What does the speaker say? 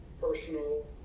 personal